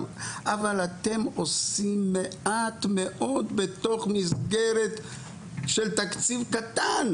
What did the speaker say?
אבל אתם עושים מעט מאוד בתוך מסגרת של תקציב קטן,